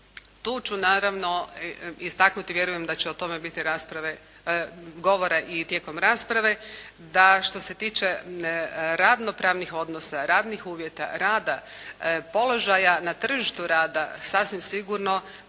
Tu ću naravno istaknuti i vjerujem da će o tome biti govora i tijekom rasprave, da što se tiče radno pravnih odnosa, radnih uvjeta rada, položaja na tržištu rada sasvim sigurno